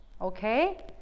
okay